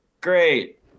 Great